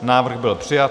Návrh byl přijat.